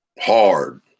Hard